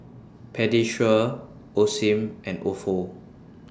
Pediasure Osim and Ofo